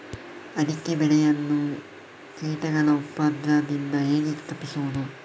ಅಡಿಕೆ ಬೆಳೆಯನ್ನು ಕೀಟಗಳ ಉಪದ್ರದಿಂದ ಹೇಗೆ ತಪ್ಪಿಸೋದು?